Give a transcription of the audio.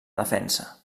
defensa